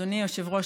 אדוני היושב-ראש,